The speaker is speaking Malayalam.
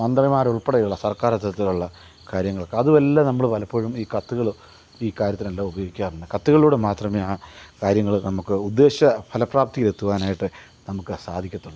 മന്ത്രിമാരുൾപ്പെടെയുള്ള സർക്കാർതലത്തിൽ ഉള്ള കാര്യങ്ങളൊക്ക അത് വല്ലതും നമ്മള് പലപ്പോഴും ഈ കത്ത്കള് ഈ കാര്യത്തിനെല്ലാം ഉപയോഗിക്കാറുണ്ട് കത്തുകളിലൂടെ മാത്രമേ ആ കാര്യങ്ങള് നമുക്ക് ഉദ്ദേശിച്ച ഫലപ്രാപ്ത്തിയിലെത്തുവാനായിട്ട് നമുക്ക് സാധികത്തുള്ളൂ